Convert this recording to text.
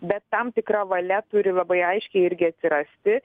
bet tam tikra valia turi labai aiškiai irgi atsirasti